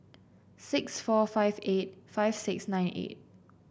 six four five eight five six nine eight